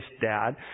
dad